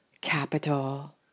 capital